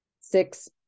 six